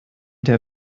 der